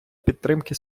підтримки